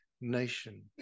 nation